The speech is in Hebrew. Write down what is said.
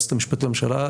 היועצת המשפטית לממשלה,